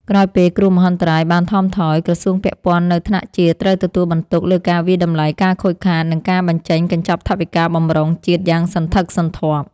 ក្រោយពេលគ្រោះមហន្តរាយបានថមថយ ក្រសួងពាក់ព័ន្ធនៅថ្នាក់ជាតិត្រូវទទួលបន្ទុកលើការវាយតម្លៃការខូចខាត និងការបញ្ចេញកញ្ចប់ថវិកាបម្រុងជាតិយ៉ាងសន្ធឹកសន្ធាប់។